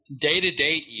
day-to-day